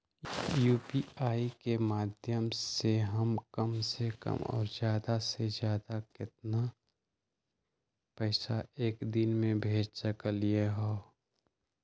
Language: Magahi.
यू.पी.आई के माध्यम से हम कम से कम और ज्यादा से ज्यादा केतना पैसा एक दिन में भेज सकलियै ह?